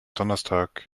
donnerstag